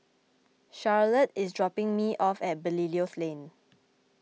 Charolette is dropping me off at Belilios Lane